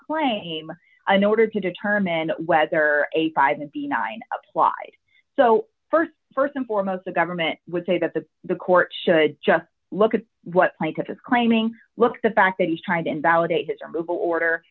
claim in order to determine whether a five to be nine applies so st st and foremost the government would say that the the court should just look at what mike is claiming look the fact that he's trying to invalidate his or move order